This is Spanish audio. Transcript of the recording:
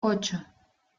ocho